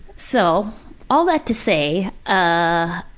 so all that to say, ah,